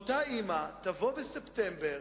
אותה אמא תבוא בספטמבר